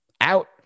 out